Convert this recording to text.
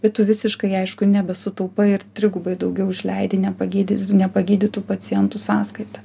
bet tu visiškai aišku nebesutaupai ir trigubai daugiau išleidi nepagydys nepagydytų pacientų sąskaita